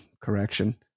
correction